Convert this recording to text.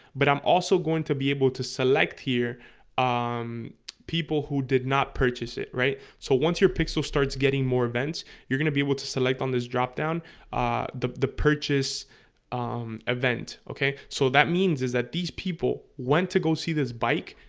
but i'm also going to be able to select here um people who did not purchase it right so once your pixel starts getting more events you're gonna be able to select on this drop-down the the purchase event okay so that means is that these people want to go see this bike,